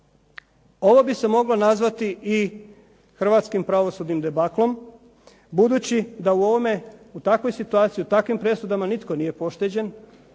Ovo bi se moglo nazvati i hrvatskim pravosudnim debaklom, budući da u ovome u takvoj situaciji, u takvim presudama nitko nije pošteđen,